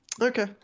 Okay